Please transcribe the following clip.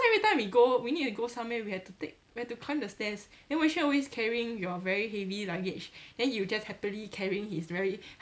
everytime we go we need to go somewhere we had to take we had to climb the stairs then wenxuan always carrying your very heavy luggage then you just happily carrying his very